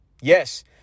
Yes